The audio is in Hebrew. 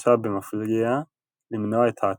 שדרשה במפגיע למנוע את ההטיה,